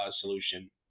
solution